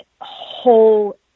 whole